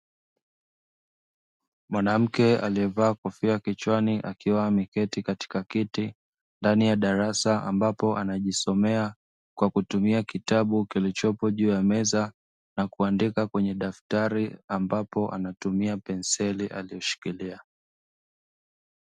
Mwanamke aliyevaa kofia kichwani akiwa ameketi katika kiti ndani ya darasa ambapo anajisomea kwa kutumia kitabu kilichopo juu ya meza na kuandika kwenye daftari ambapo anatumia penseli aliyoshikilia.